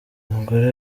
umugore